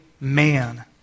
man